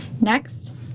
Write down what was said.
Next